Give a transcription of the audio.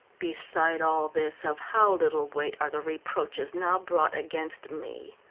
beside all this, of how little weight are the reproaches now brought against me!